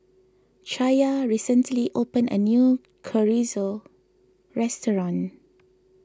Chaya recently opened a new Chorizo restaurant